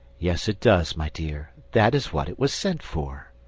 yes, it does, my dear. that is what it was sent for.